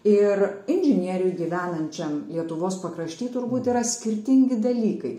ir inžinieriui gyvenančiam lietuvos pakrašty turbūt yra skirtingi dalykai